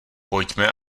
pojďme